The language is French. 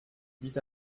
dit